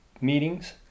meetings